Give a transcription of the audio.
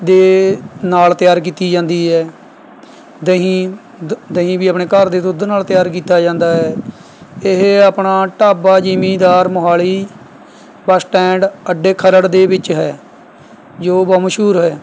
ਦੇ ਨਾਲ ਤਿਆਰ ਕੀਤੀ ਜਾਂਦੀ ਹੈ ਦਹੀਂ ਦ ਦਹੀਂ ਵੀ ਆਪਣੇ ਘਰ ਦੇ ਦੁੱਧ ਨਾਲ ਤਿਆਰ ਕੀਤਾ ਜਾਂਦਾ ਹੈ ਇਹ ਆਪਣਾ ਢਾਬਾ ਜੀਮੀਦਾਰ ਮੋਹਾਲੀ ਬੱਸ ਸਟੈਂਡ ਅੱਡੇ ਖਰੜ੍ਹ ਦੇ ਵਿੱਚ ਹੈ ਜੋ ਬਹੁਤ ਮਸ਼ਹੂਰ ਹੈ